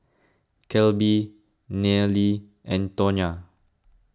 Kelby Nealy and Tawnya